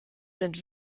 sind